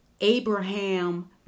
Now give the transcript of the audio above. Abraham